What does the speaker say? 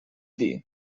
dir